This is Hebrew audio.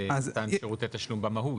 במתן שירותי תשלום, במהות?